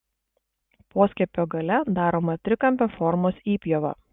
poskiepio gale daroma trikampio formos įpjova